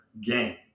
game